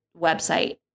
website